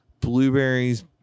blueberries